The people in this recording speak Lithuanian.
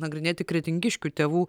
nagrinėti kretingiškių tėvų